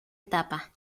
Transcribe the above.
etapa